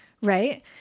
right